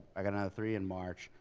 i got another three in march.